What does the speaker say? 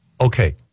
Okay